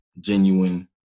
Genuine